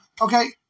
Okay